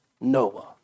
Noah